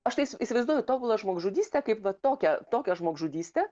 aš tai įsivaizduoju tobulą žmogžudystę kaip va tokią tokią žmogžudystę